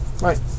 right